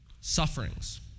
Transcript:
sufferings